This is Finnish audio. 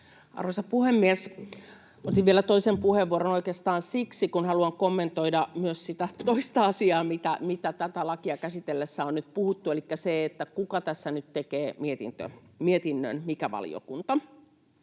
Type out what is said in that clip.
Arvoisa puhemies! Otin vielä toisen puheenvuoron oikeastaan siksi, kun haluan kommentoida myös sitä toista asiaa, mistä tätä lakia käsitellessä on nyt puhuttu, elikkä siitä, mikä valiokunta tässä nyt tekee mietinnön. Tietysti